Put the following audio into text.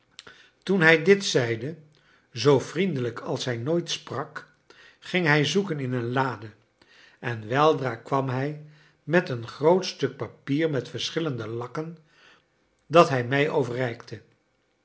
toen hij dit zeide zoo vriendelijk als hij nooit sprak ging hij zoeken in een lade en weldra kwam hij met een groot stuk papier met verschillende lakken dat hij mij overreikte